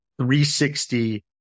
360